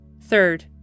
Third